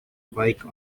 bike